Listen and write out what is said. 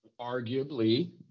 arguably